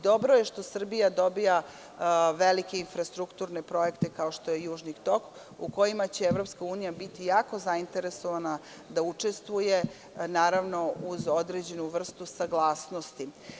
Dobro je što Srbija dobija velike infrastrukturne projekte, kao što je Južni tok, u kojima će EU biti jako zainteresovana da učestvuje, naravno, uz određenu vrstu saglasnosti.